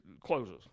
closes